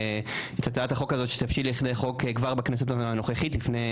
הצעת החוק הזאת שתבשיל לכדי חוק כבר בכנסת הנוכחית לפני